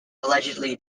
allegedly